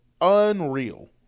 Unreal